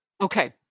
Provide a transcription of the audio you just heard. Okay